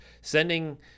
sending